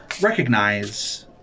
recognize